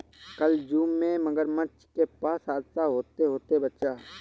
कल जू में मगरमच्छ के पास हादसा होते होते बचा